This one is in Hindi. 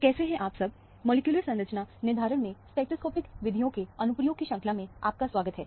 कैसे हैं आप सब मॉलिक्यूलर संरचना निर्धारण में स्पेक्ट्रोस्कोपिक विधियों के अनुप्रयोग की श्रंखला में आपका स्वागत है